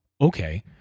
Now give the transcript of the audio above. okay